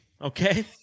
Okay